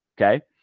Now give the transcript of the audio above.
Okay